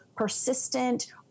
persistent